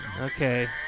Okay